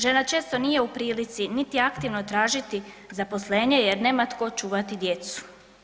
Žena često nije u prilici niti aktivno tražiti zaposlenje jer nema tko čuvati djecu.